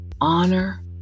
honor